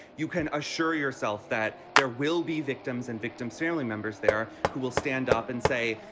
you can assure yourself that there will be victims and victims, family members there who will stand up and say,